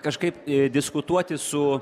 kažkaip diskutuoti su